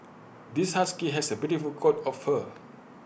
this husky has A beautiful coat of fur